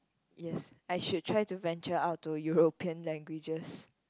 yes I should try to venture out to European languages